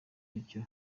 bityo